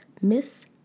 Miss